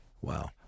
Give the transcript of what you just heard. Wow